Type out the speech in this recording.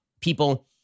people